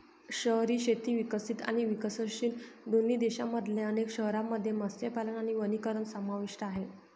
शहरी शेती विकसित आणि विकसनशील दोन्ही देशांमधल्या अनेक शहरांमध्ये मत्स्यपालन आणि वनीकरण समाविष्ट आहे